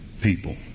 people